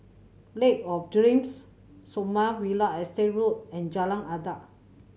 Lake of Dreams Sommerville Estate Road and Jalan Adat